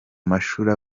mashuri